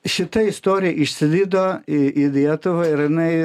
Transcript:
šita istorija išsilydo į į lietuvą ir jinai